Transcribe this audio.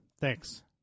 thanks